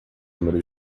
número